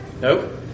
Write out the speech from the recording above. Nope